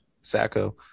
Sacco